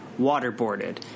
waterboarded